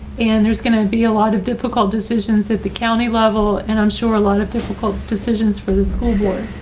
and there's going to be a lot of difficult decisions at the county level and i'm sure a lot of difficult decisions for the school board,